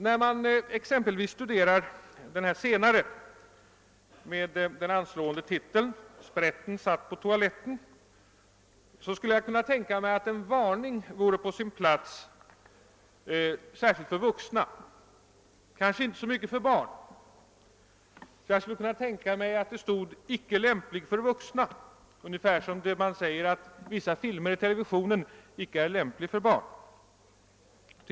När man exempelvis studerar den sistnämnda boken med den anslående titeln »Sprätten satt på toaletten» skulle jag kunna tänka mig, att en varning vore på sin plats särskilt för vuxna, kanske inte så mycket för barn. Jag skulle kunna tänka mig att det stod »Icke lämplig för vuxna», ungefär som man säger att vissa filmer i televisionen inte är lämpliga för barn.